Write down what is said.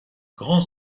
grand